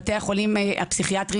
בבתי החולים הפסיכיאטריים,